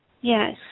Yes